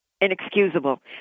inexcusable